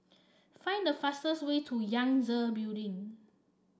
find the fastest way to Yangtze Building